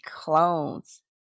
clones